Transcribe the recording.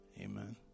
amen